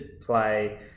play